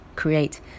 create